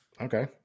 Okay